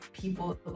people